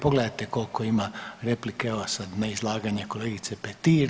Pogledajte koliko ima replika evo sad na izlaganje kolegice Petir.